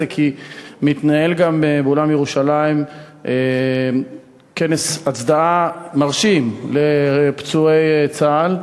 כי מתנהל גם באולם "ירושלים" כנס הצדעה מרשים לפצועי צה"ל,